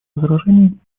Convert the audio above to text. возражений